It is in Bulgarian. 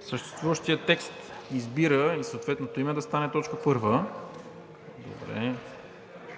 Съществуващият текст „избира“ и съответното име да стане точка първа. Добре.